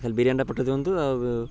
ଖାଲି ବିରିୟାନିଟା ପଠେଇଦିନ୍ତୁ ଆଉ